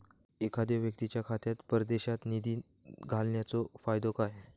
एखादो व्यक्तीच्या खात्यात परदेशात निधी घालन्याचो फायदो काय?